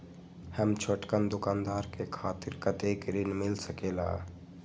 हम छोटकन दुकानदार के खातीर कतेक ऋण मिल सकेला?